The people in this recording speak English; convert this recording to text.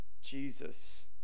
Jesus